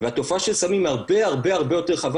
והתופעה של סמים היא הרבה הרבה יותר רחבה